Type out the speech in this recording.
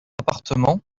appartements